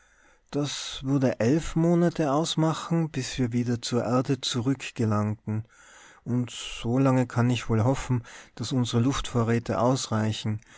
das würde elf monate ausmachen bis wir wieder zur erde zurückgelangten und so lange kann ich wohl hoffen daß unsere luftvorräte ausreichen